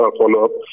follow-up